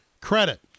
credit